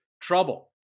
trouble